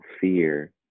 fear